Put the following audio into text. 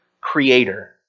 creator